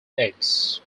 eggs